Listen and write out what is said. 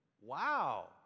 Wow